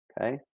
Okay